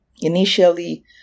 Initially